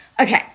Okay